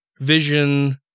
vision